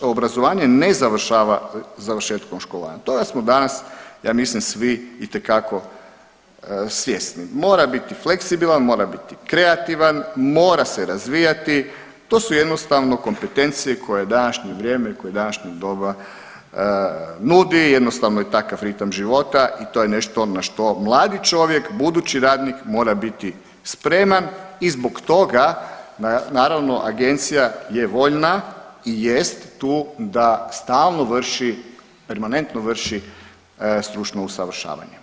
obrazovanje ne završava završetkom škola, toga smo danas ja mislim svi itekako svjesni, mora biti fleksibilan, mora biti kreativan, mora se razvijati, to su jednostavno kompetencije koje današnje vrijeme i koje današnje doba nudi, jednostavno je takav ritam života i to je nešto na što mladi čovjek, budući radnik mora biti spreman i zbog toga naravno agencija je voljna i jest tu da stalno vrši, permanentno vrši stručno usavršavanje.